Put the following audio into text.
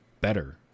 better